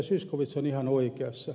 zyskowicz on ihan oikeassa